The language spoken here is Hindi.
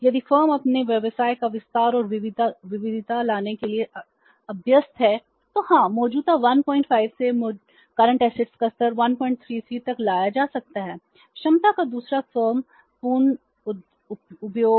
यदि फर्म अपने व्यवसाय का विस्तार और विविधता लाने के लिए अभ्यस्त है तो हाँ मौजूदा 15 से मौजूदा संपत्ति का स्तर 133 तक लाया जा सकता है क्षमता का दूसरा फर्म पूर्ण उपयोग